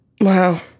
Wow